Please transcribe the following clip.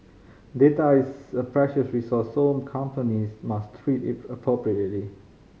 data is a precious resource so companies must treat it appropriately